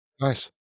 Nice